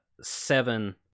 seven